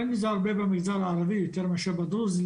רואים את זה במגזר הערבי יותר מאשר בדרוזי,